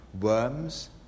worms